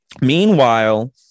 meanwhile